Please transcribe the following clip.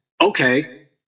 okay